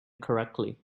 correctly